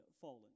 fallen